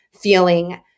feeling